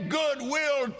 goodwill